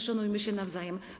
Szanujmy się nawzajem.